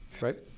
Right